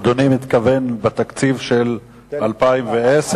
אדוני מתכוון בתקציב של 2010?